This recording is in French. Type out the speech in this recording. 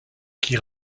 qui